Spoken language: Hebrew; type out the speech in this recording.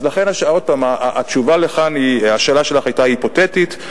אז לכן, עוד פעם, השאלה שלך היתה היפותטית.